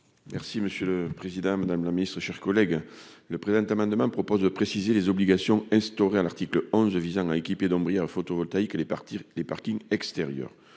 Merci monsieur le Président, Madame la Ministre, chers collègues, le présent amendement propose de préciser les obligations instaurée à l'article onze visant à équiper d'envoyer un photovoltaïque, elle les partir les parkings extérieurs,